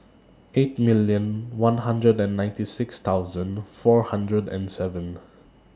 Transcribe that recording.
eight million one hundred and ninety six thousand four hundred and seven